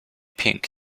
pink